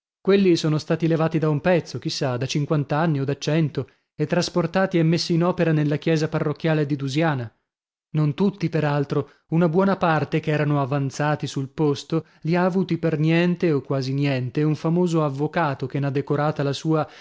quelli sono stati levati da un pezzo chi sa da cinquant'anni o da cento e trasportati e messi in opera nella chiesa parrocchiale di dusiana non tutti per altro una buona parte ch'erano avanzati sul posto li ha avuti per niente o quasi niente un famoso avvocato che n'ha decorata la sua